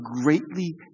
greatly